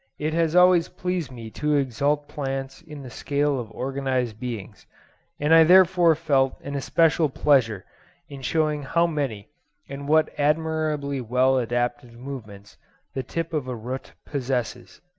it has always pleased me to exalt plants in the scale of organised beings and i therefore felt an especial pleasure in showing how many and what admirably well adapted movements the tip of a root possesses.